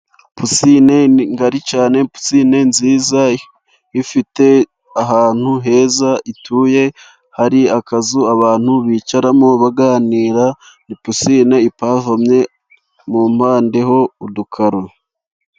Pusine ngari cyane, pisine nziza ifite ahantu heza ituye, hari akazu abantu bicaramo baganira, ni pusine ipavomye mu mpande ho udukaro.